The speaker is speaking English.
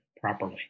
properly